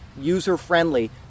user-friendly